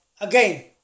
again